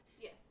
Yes